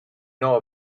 know